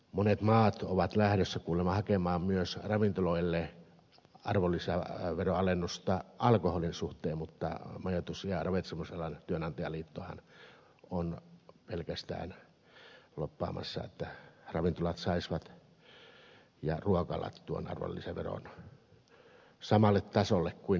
monet maat ovat lähdössä kuulemma hakemaan myös ravintoloille arvonlisäveroalennusta alkoholin suhteen mutta majoitus ja ravitsemusalan työnantajaliittohan on pelkästään lobbaamassa että ravintolat ja ruokalat saisivat tuon arvonlisäveron samalle tasolle kuin vähittäiskauppa